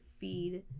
feed